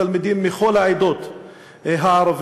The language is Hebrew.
תלמידים מכל העדות הערביות.